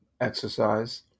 exercise